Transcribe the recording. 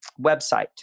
website